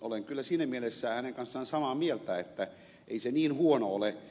olen kyllä siinä mielessä hänen kanssaan samaa mieltä että ei se niin huono ole